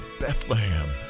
Bethlehem